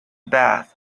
bath